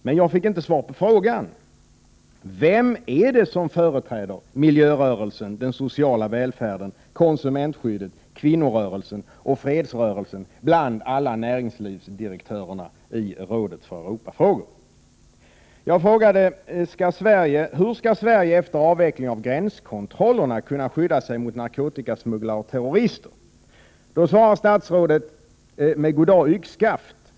Men jag fick inte svar på frågan: Vem är det som företräder miljörörelsen, den sociala välfärden, konsumentskyddet, kvinnorörelsen och fredsrörelsen bland alla näringslivsdirektörerna i rådet för Europafrågor? Jag frågade: Hur skall Sverige efter avveckling av gränskontrollerna kunna skydda sig mot narkotikasmugglare och terrorister? Statsrådet svarade med god dag yxskaft.